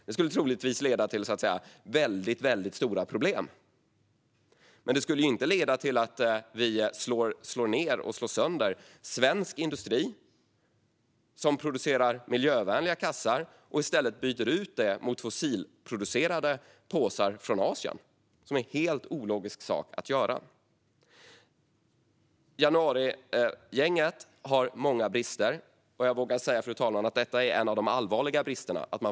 Det skulle troligtvis leda till väldigt stora problem, men det skulle inte leda till att vi slår sönder svensk industri som producerar miljövänliga kassar och i stället byter ut dem mot fossilproducerade påsar från Asien. Det senare är helt ologiskt. Januarigänget har många brister, och jag vågar säga att detta är en av de allvarligare bristerna, fru talman.